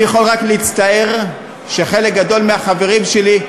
אני יכול רק להצטער שחלק גדול מהחברים שלי,